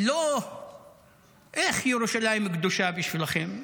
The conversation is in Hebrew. איך ירושלים קדושה בשבילכם?